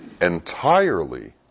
entirely